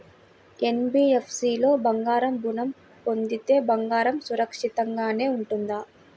NBFC లో బంగారు ఋణం పొందితే బంగారం సురక్షితంగానే ఉంటుందా?